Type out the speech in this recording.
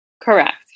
Correct